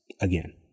again